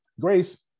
Grace